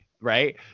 Right